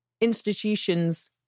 institutions